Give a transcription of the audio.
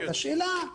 השאלה היא